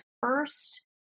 first